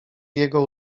jego